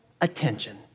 attention